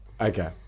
okay